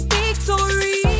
victory